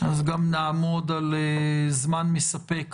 אז גם נעמוד על זמן מספק